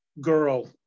girl